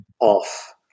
off